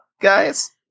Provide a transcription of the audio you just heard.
guys